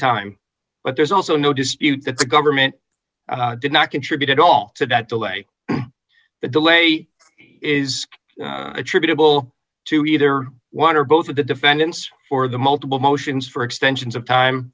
time but there's also no dispute that the government did not contribute at all to that delay the delay is attributable to either one or both of the defendants for the multiple motions for extensions of time